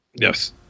Yes